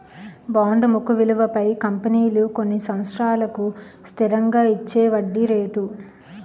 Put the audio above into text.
bond ముఖ విలువపై కంపెనీలు కొన్ని సంవత్సరాలకు స్థిరంగా ఇచ్చేవడ్డీ రేటు